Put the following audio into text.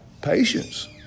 Patience